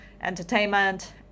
entertainment